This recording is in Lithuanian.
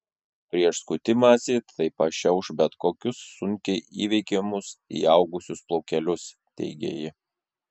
prieš skutimąsi tai pašiauš bet kokius sunkiai įveikiamus įaugusius plaukelius teigė ji